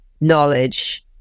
knowledge